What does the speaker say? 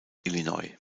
illinois